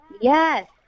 Yes